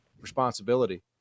responsibility